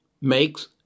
makes